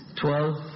twelve